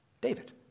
David